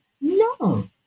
no